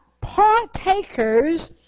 partakers